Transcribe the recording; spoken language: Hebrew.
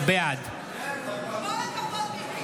בעד כל הכבוד, מיקי.